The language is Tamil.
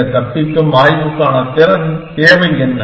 இந்த தப்பிக்கும் ஆய்வுக்கான திறன் தேவை என்ன